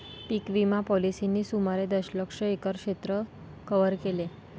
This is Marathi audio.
पीक विमा पॉलिसींनी सुमारे दशलक्ष एकर क्षेत्र कव्हर केले